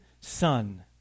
son